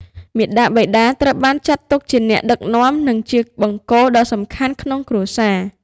មាតាបិតាត្រូវបានចាត់ទុកជាអ្នកដឹកនាំ និងជាបង្គោលដ៏សំខាន់ក្នុងគ្រួសារ។